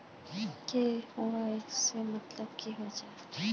KYC मतलब की होचए?